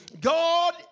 God